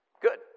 Good